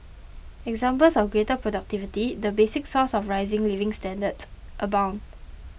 examples of greater productivity the basic source of rising living standards abound